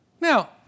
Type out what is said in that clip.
Now